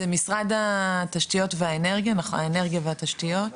משרד התשתיות, האנרגיה והתשתיות?